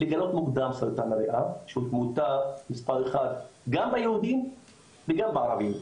לגלות מוקדם סרטן הריאה שהוא תמותה מספר אחד גם ביהודים וגם בערבים,